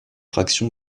fraction